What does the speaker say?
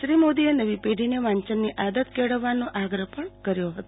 શ્રી મોદીએ નવી પેઢીઓને વાંચનની આદત કેળવવાનો આગ્રહ પણ કર્યો હતો